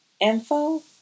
info